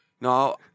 No